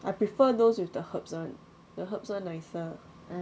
I prefer those with the herbs [one] the herbs [one] nicer